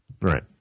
Right